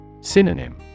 Synonym